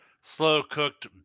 slow-cooked